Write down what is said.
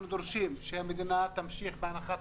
אנחנו דורשים שהמדינה תמשיך בהנחת